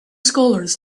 scholars